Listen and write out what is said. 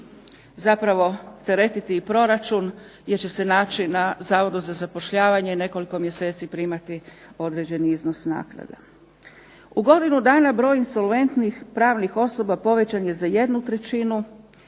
zapravo teretiti i proračun jer će se naći na Zavodu za zapošljavanje nekoliko mjeseci primati određeni iznos naknada. U godinu dana broj insolventnih pravnih osoba povećan je za 1/3 broj